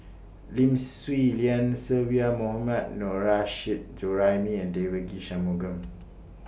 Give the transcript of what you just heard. Lim Swee Lian Sylvia Mohammad Nurrasyid Juraimi and Devagi Sanmugam